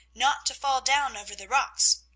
not to fall down over the rocks.